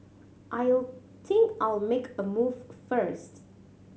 I'll think I'll make a move first